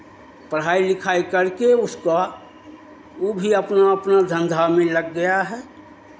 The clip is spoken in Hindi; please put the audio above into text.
पढ़ाई लिखाई करके उसका वो भी अपना अपना धन्धा में लग गया है